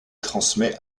transmet